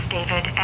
David